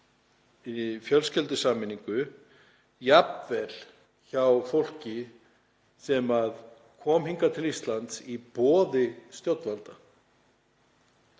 fjölskyldusameiningu, jafnvel hjá fólki sem kom hingað til Íslands í boði stjórnvalda.